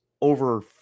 over